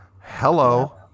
hello